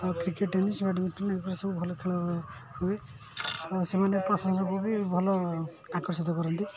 ତ cricket tennis badminton ଏଗୁଡ଼ା ସବୁ ଭଲ ଖେଳ ହୁଏ ତ ସେମାନେ ପ୍ରଶଂସକ ବି ଭଲ ଆକର୍ଷିତ କରନ୍ତି